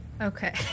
Okay